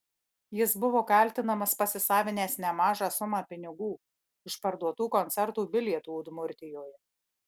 jis buvo kaltinamas pasisavinęs nemažą sumą pinigų iš parduotų koncertų bilietų udmurtijoje